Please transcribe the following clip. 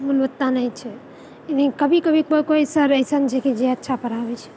ओतऽ नइँ छै लेकिन कभी कभी कोइ कोइ सर अइसन छै कि जे अच्छा पढ़ाबै छै